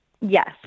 yes